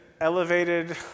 elevated